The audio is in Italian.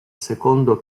secondo